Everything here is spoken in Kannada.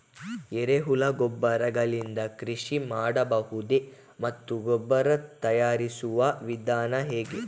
ಎರೆಹುಳು ಗೊಬ್ಬರ ಗಳಿಂದ ಕೃಷಿ ಮಾಡಬಹುದೇ ಮತ್ತು ಗೊಬ್ಬರ ತಯಾರಿಸುವ ವಿಧಾನ ಹೇಗೆ?